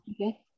Okay